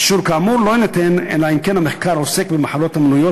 אישור כאמור לא יינתן אלא אם כן המחקר עוסק במחלות המנויות